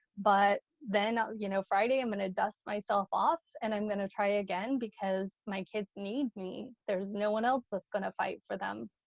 but then you know friday i'm going to dust myself off and i'm going to try again because my kids need me. there's no one else that's going to fight for them.